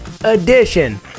edition